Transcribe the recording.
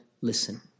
listen